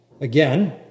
Again